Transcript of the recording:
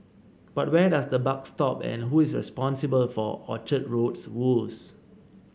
but where does the buck stop and who is responsible for Orchard Road's woes